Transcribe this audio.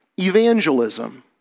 evangelism